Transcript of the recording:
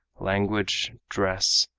language, dress,